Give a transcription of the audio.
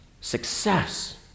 success